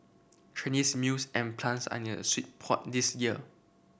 Chinese mills and plants are in a sheet pot this year